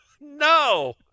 No